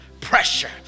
pressure